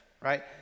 Right